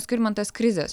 skirmantas krizės